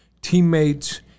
Teammates